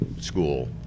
school